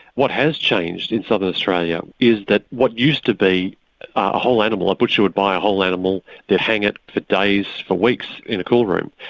what has changed in southern australia is that what used to be a whole animal, a butcher would buy a whole animal to hang it for days, for weeks, in a coolroom,